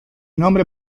nombre